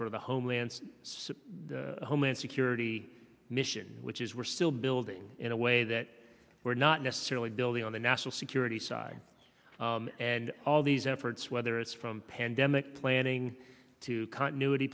sort of a homeland sit home and security mission which is we're still building in a way that we're not necessarily building on the national security side and all these efforts whether it's from pandemic planning to continuity